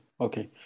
okay